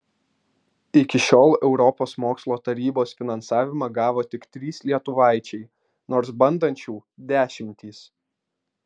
iki šiol europos mokslo tarybos finansavimą gavo tik trys lietuvaičiai nors bandančių dešimtys